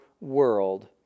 World